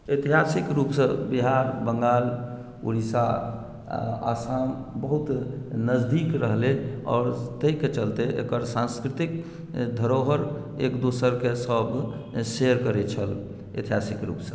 ऐतिहासिक रुपसँ बिहार बंगाल ओड़िशा आसाम बहुत नजदीक रहलै आओर ताहिके चलते एकर सांस्कृतिक धरोहर एक दोसरके सभ शेयर करै छल ऐतिहासिक रूपसे